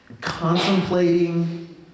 contemplating